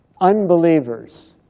Unbelievers